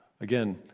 Again